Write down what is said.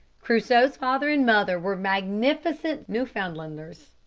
crusoe's father and mother were magnificent newfoundlanders.